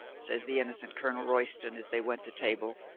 says the innocent colonel royston, as they went to table,